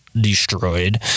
destroyed